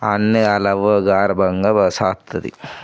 వాడిని వాళ్ళ అవ్వ గారాబంగా బ సాకుతుంది